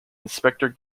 inspector